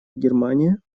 германия